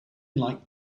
like